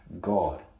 God